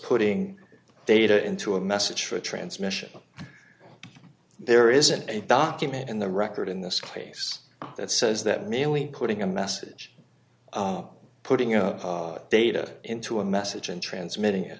putting data into a message for transmission there isn't a document in the record in this case that says that merely putting a message putting a data into a message and transmitting it